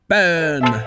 Burn